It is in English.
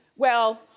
well,